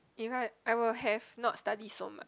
you heard I will have not study so much